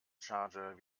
charger